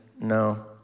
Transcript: no